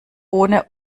ohne